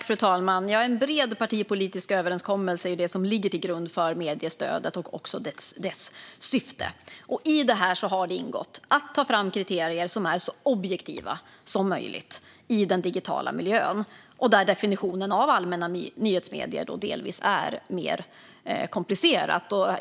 Fru talman! En bred partipolitisk överenskommelse är det som ligger till grund för mediestödet och också dess syfte. I detta har ingått att ta fram kriterier som är så objektiva som möjligt i den digitala miljön, där definitionen av allmänna nyhetsmedier delvis är mer komplicerad.